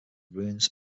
ruins